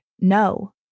no